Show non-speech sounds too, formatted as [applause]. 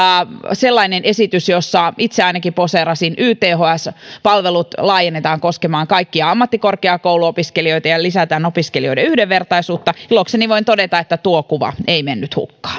sellainen esitys jossa ainakin itse poseerasin yths palvelut laajennetaan koskemaan kaikkia ammattikorkeakouluopiskelijoita ja lisätään opiskelijoiden yhdenvertaisuutta ilokseni voin todeta että tuo kuva ei mennyt hukkaan [unintelligible]